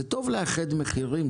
זה טוב לאחד מחירים,